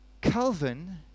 Calvin